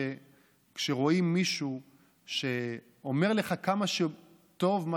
שכשרואים מישהו שאומר לך כמה טוב מה